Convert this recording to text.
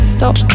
Stop